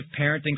parenting